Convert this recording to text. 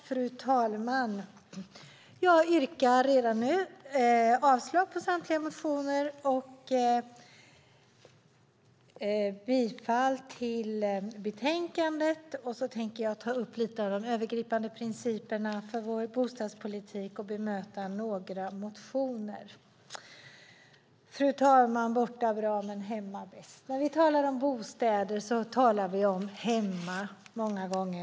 Fru talman! Jag yrkar redan nu avslag på samtliga motioner och bifall till förslaget i betänkandet. Jag tänker ta upp några av de övergripande principerna för vår bostadspolitik och bemöta några motioner. Fru talman! Borta bra men hemma bäst. När vi talar om bostäder talar vi om hemma.